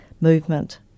movement